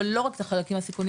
אבל לא רק את החלקים הסיכונים,